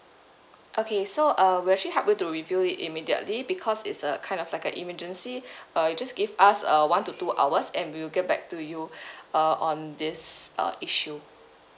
okay so uh we'll actually help you to review it immediately bebecause it's a kind of like an emergency uh you just give us uh one to two hours and we will get back to you uh on this uh issue